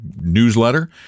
newsletter